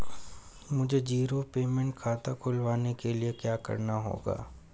मुझे zero payment खाता खुलवाने के लिए क्या करना होगा?